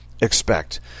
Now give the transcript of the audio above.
expect